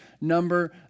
number